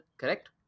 correct